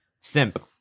Simp